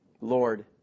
Lord